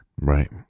Right